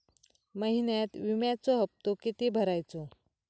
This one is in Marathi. महिन्यात विम्याचो हप्तो किती भरायचो?